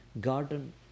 Garden